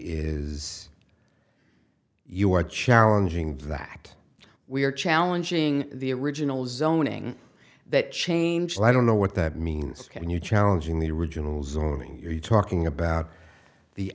is you are challenging that we're challenging the original zoning that change and i don't know what that means and you challenging the original zoning you're talking about the